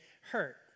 hurt